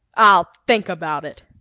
i'll think about it!